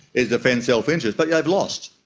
is defend self-interest. but yeah they've lost.